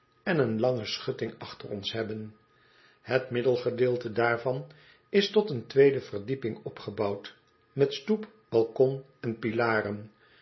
en een lange schutting achter ons hebben het middelgedeelte daarvan is tot een tweede verdieping opgebouwd met stoep balkon en pilaren